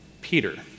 Peter